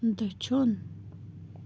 دٔچھُن